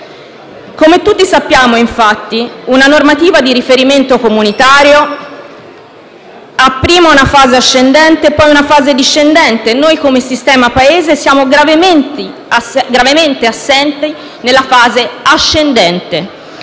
Come tutti sappiamo, infatti, una normativa di riferimento comunitario ha prima una fase ascendente e poi una discendente e noi come sistema Paese siamo gravemente assenti nella fase ascendente.